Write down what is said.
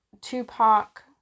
Tupac